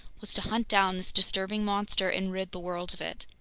was to hunt down this disturbing monster and rid the world of it.